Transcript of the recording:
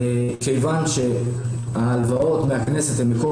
כיוון שההלוואות מהכנסת הן מקור